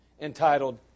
entitled